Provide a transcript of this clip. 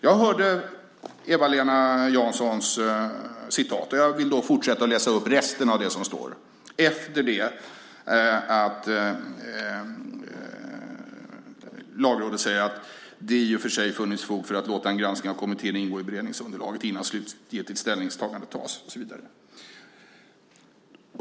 Jag hörde Eva-Lena Janssons citat. Och jag ska läsa upp resten av det som står, efter det att Lagrådet säger att det i och för sig har funnits fog för att låta en granskning av kommittén ingå i beredningsunderlaget innan slutligt ställningstagande tas, och så vidare.